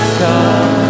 come